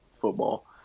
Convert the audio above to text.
football